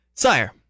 Sire